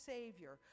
Savior